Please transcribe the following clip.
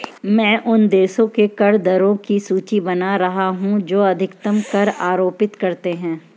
मैं उन देशों के कर दरों की सूची बना रहा हूं जो अधिकतम कर आरोपित करते हैं